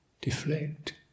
deflect